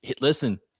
Listen